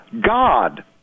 God